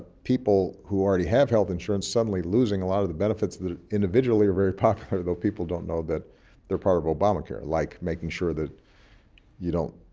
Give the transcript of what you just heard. people who already have health insurance suddenly losing a lot of the benefits that individually are very popular though people don't know that they're part of obamacare, like making sure that you don't